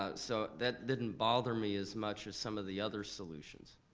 ah so that didn't bother me as much as some of the other solutions.